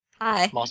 Hi